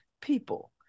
people